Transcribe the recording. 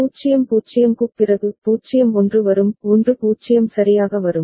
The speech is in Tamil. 0 0 க்குப் பிறகு 0 1 வரும் 1 0 சரியாக வரும்